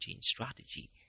strategy